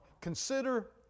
consider